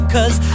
Cause